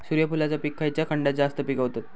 सूर्यफूलाचा पीक खयच्या खंडात जास्त पिकवतत?